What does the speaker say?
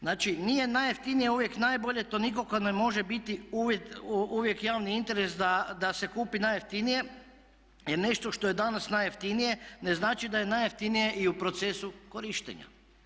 Znači nije najjeftinije uvijek najbolje, to nikako ne može biti uvijek javni interes da se kupi najjeftinije jer nešto što je danas najjeftinije, ne znači da je najjeftinije i u procesu korištenja.